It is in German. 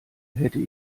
hätte